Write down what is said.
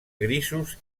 grisos